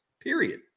period